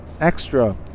extra